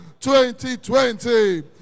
2020